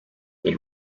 that